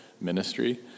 ministry